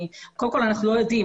קודם כל אנחנו לא יודעים,